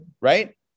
right